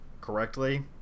correctly